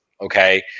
Okay